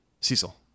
Cecil